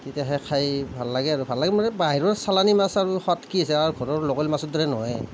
তেতিয়া সেয়া খাই ভাল লাগে আৰু ভাল লাগে মানে বাহিৰৰ ছালানী মাছ আৰু সোৱাদ কি আছে আমাৰ ঘৰৰ লোকেল মাছৰ দৰে নহয়